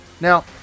Now